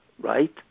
right